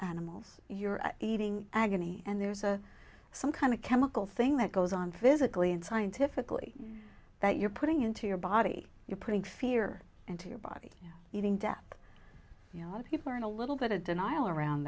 animals you're eating agony and there's a some kind of chemical thing that goes on physically and scientifically that you're putting into your body you're putting fear into your body even death you know people are in a little bit of denial around